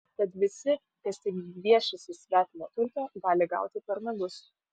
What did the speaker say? tad visi kas tik gviešiasi svetimo turto gali gauti per nagus